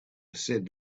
said